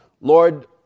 Lord